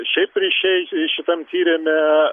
šiaip ryšiai šitam tyrime